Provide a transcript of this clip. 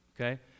okay